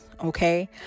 Okay